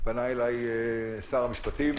פנה אליי שר המשפטים,